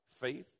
Faith